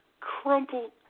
Crumpled